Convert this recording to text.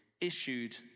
issued